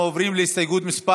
אנחנו עוברים להסתייגות מס'